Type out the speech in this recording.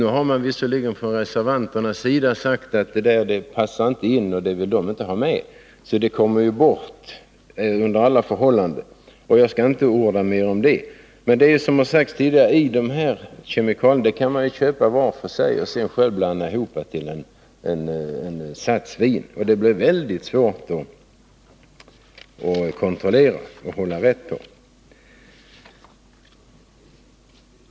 Nu har visserligen reservanterna sagt att detta passar inte in i lagstiftningen och att de inte vill ha detta med, så det kommer ju bort under alla förhållanden, och jag skall inte orda mer om det. Men som det har sagts tidigare, kan man ju köpa alla ingredienser var för sig och sedan blanda dem själv, och det blir väldigt svårt att kontrollera.